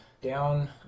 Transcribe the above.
down